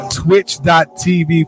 twitch.tv